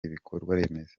ibikorwaremezo